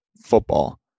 football